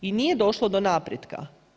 I nije došlo do napretka.